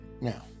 now